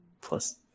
Plus